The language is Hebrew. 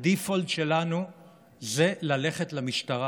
ה-default שלנו זה ללכת למשטרה.